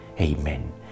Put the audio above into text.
Amen